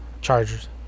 Chargers